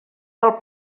pel